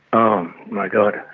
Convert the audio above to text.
oh my god,